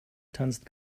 tanzt